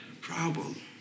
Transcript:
problem